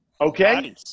Okay